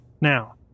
now